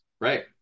Right